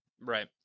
Right